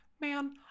man